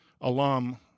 alum